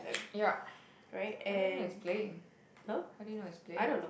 yeah how do you know it's playing how do you know it's playing